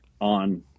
on